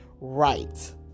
right